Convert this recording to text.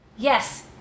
Yes